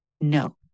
No